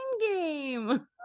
game